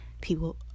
People